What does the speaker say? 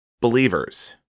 Believers